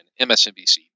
MSNBC